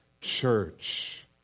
church